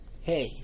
hey